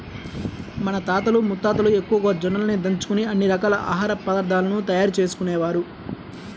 మన తాతలు ముత్తాతలు ఎక్కువగా జొన్నలనే దంచుకొని అన్ని రకాల ఆహార పదార్థాలను తయారు చేసుకునేవారు